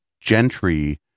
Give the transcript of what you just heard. gentry